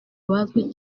bazwi